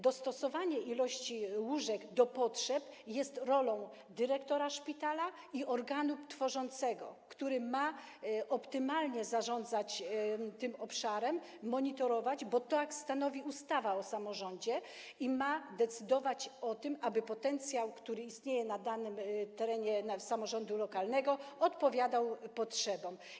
Dostosowanie ilości łóżek do potrzeb jest rolą dyrektora szpitala i organu tworzącego, który ma optymalnie zarządzać tym obszarem, monitorować, bo tak stanowi ustawa o samorządzie, i ma decydować o tym, aby potencjał, który istnieje na danym terenie samorządu lokalnego, odpowiadał potrzebom.